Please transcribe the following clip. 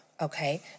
Okay